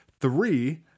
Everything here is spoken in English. three